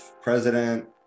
president